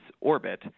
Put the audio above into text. orbit